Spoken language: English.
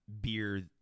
beer